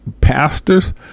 pastors